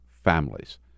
families